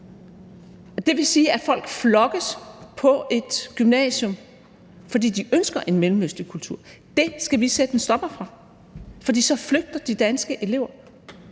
Det vil sige, at folk flokkes på et gymnasium, fordi de ønsker en mellemøstlig kultur. Det skal vi sætte en stopper for det, fordi de danske elever